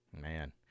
Man